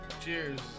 Cheers